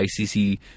ICC